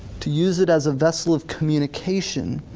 to use it as a vessel of communication.